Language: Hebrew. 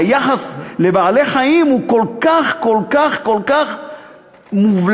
היחס לבעלי-חיים הוא כל כך כל כך מובלט,